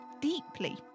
Deeply